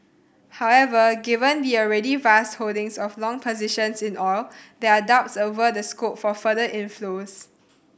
however given the already vast holdings of long positions in oil there are doubts over the scope for further inflows